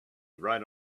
right